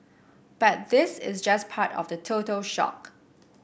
but this is just part of the total stock